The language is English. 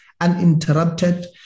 uninterrupted